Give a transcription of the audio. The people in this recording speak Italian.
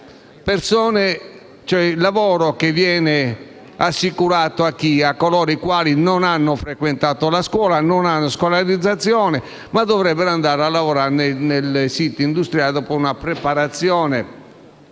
il lavoro che viene assicurato a coloro i quali non hanno frequentato la scuola, non hanno scolarizzazione, ma dovrebbero andare a lavorare nei siti industriali dopo una preparazione